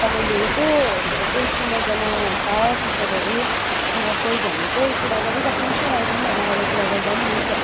तपाईँले एसो कोही चिनाजाना छ टिचरहरू अथवा कोही भने चाहिँ कुरा गरिराख्नुहोस् न अहिले नै आएर कुरा गर्दा पनि हुन्छ